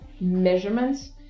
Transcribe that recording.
measurements